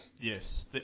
Yes